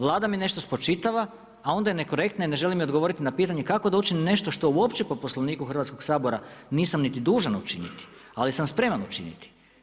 Vlada mi nešto spočitava a onda je nekorektna i ne želi mi odgovoriti na pitanje kako da učinim nešto što uopće po Poslovniku Hrvatskoga sabora nisam niti dužan učiniti ali sam spreman učiniti.